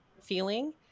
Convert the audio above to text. feeling